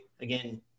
again